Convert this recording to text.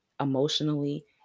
emotionally